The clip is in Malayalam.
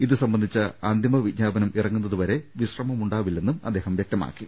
ഇതുസംബന്ധിച്ച അന്തിമ വിജ്ഞാപനം ഇറങ്ങുന്നതുവരെ വിശ്രമമുണ്ടാകില്ലെന്നും അദ്ദേഹം വ്യക്ത മാക്കി